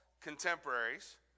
contemporaries